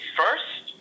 first